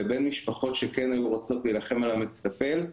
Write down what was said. לבין משפחות שכן היו רוצות להילחם על המטפל,